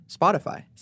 Spotify